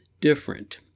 different